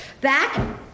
Back